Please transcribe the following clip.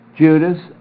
Judas